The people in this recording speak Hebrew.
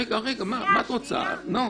לא לא,